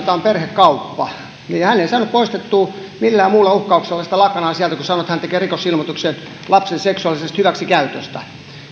on perhekauppa hän ei saanut poistettua millään muulla uhkauksella sitä lakanaa sieltä kuin sanomalla että hän tekee rikosilmoituksen lapsen seksuaalisesta hyväksikäytöstä